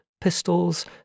pistols